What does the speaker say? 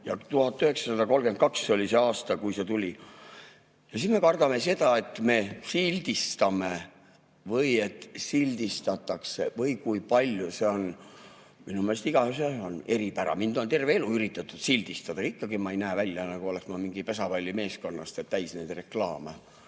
Ja 1932 oli see aasta, kui see tuli. Ja siis me kardame seda, et me sildistame või et sildistatakse või kui palju seda on. Minu meelest igaühel on eripära. Mind on terve elu üritatud sildistada, aga ikkagi ma ei näe välja, nagu ma oleks mingist pesapallimeeskonnast ja täis neid reklaame.